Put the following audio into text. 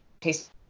taste